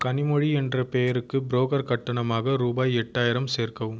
கனிமொழி என்ற பெயருக்கு ப்ரோக்கர் கட்டணமாக ரூபாய் எட்டாயிரம் சேர்க்கவும்